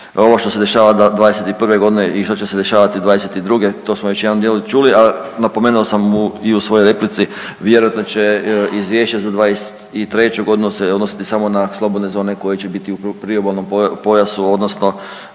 ovo što se dešava '21. godine i što će se dešavati '22. To smo već u jednom dijelu čuli, a napomenuo sam i u svojoj replici vjerojatno će izvješće za '23. godinu se odnositi samo slobodne zone koje će biti u priobalnom pojasu odnosno